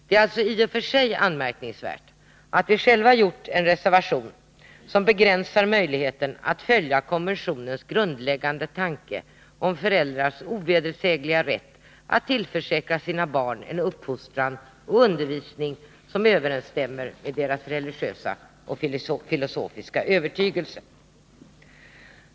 Det är alltså i och för sig anmärkningsvärt att vi själva skrivit en reservation som begränsar möjligheten att följa konventionens grundläggande tanke om föräldrars ovedersägliga rätt att tillförsäkra sina barn en uppfostran och en undervisning som överensstämmer med deras religiösa och filosofiska övertygelse.